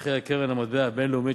לשבחי קרן המטבע הבין-לאומית,